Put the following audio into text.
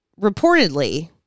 reportedly